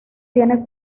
tiene